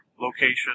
location